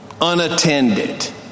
unattended